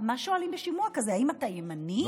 מה שואלים בשימוע כזה, האם אתה ימני?